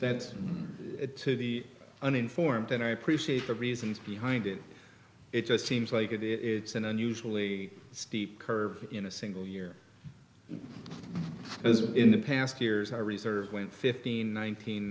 that's it to the uninformed and i appreciate the reasons behind it it just seems like it is it's an unusually steep curve in a single year as in the past years i reserve one fifteen nineteen